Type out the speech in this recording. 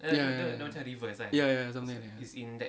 ya ya ya ya ya ya something like that